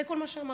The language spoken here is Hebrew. זה כל מה שאמרתי.